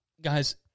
Guys